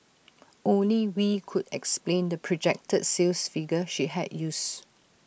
only wee could explain the projected sales figure she had used